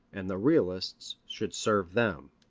and the realists should serve them.